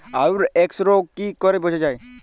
আলুর এক্সরোগ কি করে বোঝা যায়?